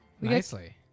Nicely